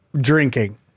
drinking